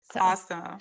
Awesome